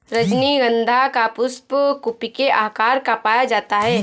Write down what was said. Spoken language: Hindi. रजनीगंधा का पुष्प कुपी के आकार का पाया जाता है